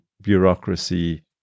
bureaucracy